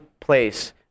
place